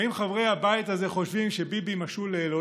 האם חברי הבית הזה חושבים שביבי משול לה'?